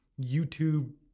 YouTube